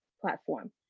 platform